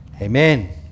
Amen